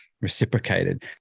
reciprocated